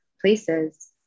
places